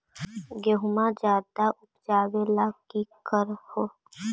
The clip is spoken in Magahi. गेहुमा ज्यादा उपजाबे ला की कर हो?